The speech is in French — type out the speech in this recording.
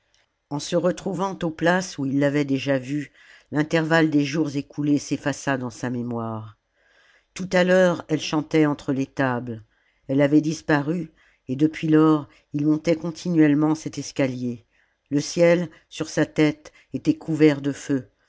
en se retrouvant aux places où il l'avait déjà vue l'intervalle des jours écoulés s'effaça dans sa mémoire tout à l'heure elle chantait entre les tables elle avait disparu et depuis lors il montait continuellement cet escalier le ciel sur sa tête était couvert de feux